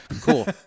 Cool